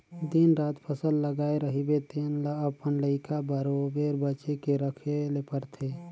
दिन रात फसल लगाए रहिबे तेन ल अपन लइका बरोबेर बचे के रखे ले परथे